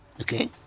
okay